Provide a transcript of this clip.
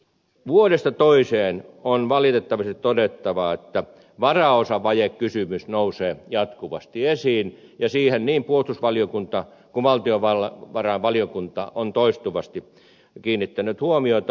vuodesta toiseen on valitettavasti todettava että varaosavajekysymys nousee jatkuvasti esiin ja siihen niin puolustusvaliokunta kuin valtiovarainvaliokunta ovat toistuvasti kiinnittäneet huomiota